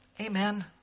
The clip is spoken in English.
Amen